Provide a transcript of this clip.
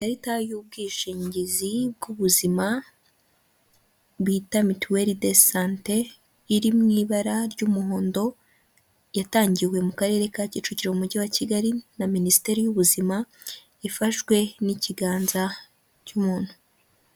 ikarita y'ubwishingizi bw'ubuzima bita mituweri desante iri mu ibara ry'umuhondo yatangiwe mu karere ka Kicukiro umujyi wa Kigali na minisiteri y'ubuzima ifashwe n'ikiganza cy'umuntu.